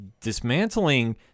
dismantling